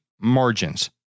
margins